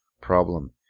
problem